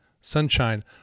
Sunshine